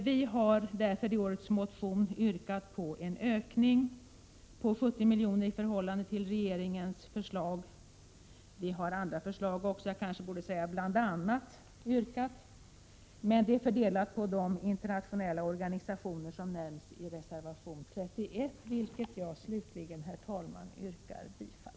Vi har därför i årets motion bl.a. yrkat på en ökning med 70 milj.kr. i förhållande till regeringens förslag, fördelad på de internationella organisationer som nämns i reservation 31. Herr talman! Jag yrkar slutligen bifall till denna reservation.